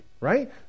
right